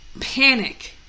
panic